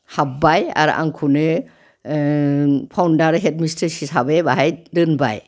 हाब्बाय आरो आंखौनो फावनडार हेड मिस्ट्रेस हिसाबै बाहाय दोनबाय